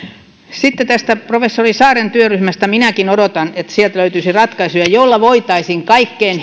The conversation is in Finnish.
sitten tästä professori saaren työryhmästä minäkin odotan että sieltä löytyisi ratkaisuja joilla voitaisiin kaikkein